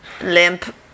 limp